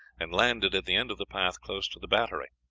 and landed at the end of the path close to the battery.